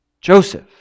Joseph